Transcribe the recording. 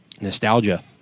nostalgia